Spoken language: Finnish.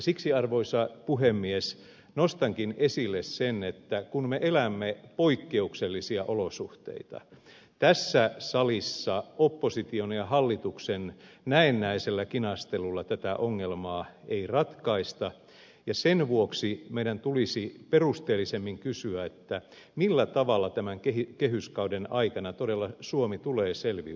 siksi arvoisa puhemies nostankin esille sen että kun me elämme poik keuksellisia olosuhteita tässä salissa opposition ja hallituksen näennäisellä kinastelulla tätä ongelmaa ei ratkaista ja sen vuoksi meidän tulisi perusteellisemmin kysyä millä tavalla tämän kehyskauden aikana todella suomi tulee selviytymään